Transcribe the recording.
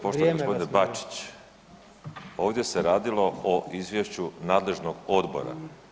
Poštovani gospodine Bačić ovdje se radilo o izvješću nadležnog odbora.